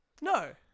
No